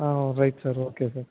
ah right sir okay sir